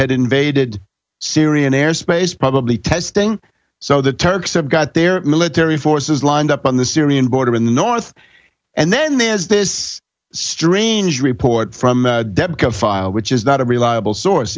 had invaded syrian airspace probably testing so the turks have got their military forces lined up on the syrian border in the north and then there is this strange report from debka file which is not a reliable source